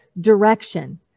direction